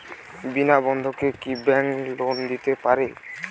বিনা বন্ধকে কি bank loan দিতে পারে?